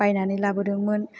बायनानै लाबोदोंमोन